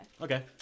Okay